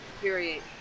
Period